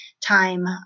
time